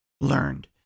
learned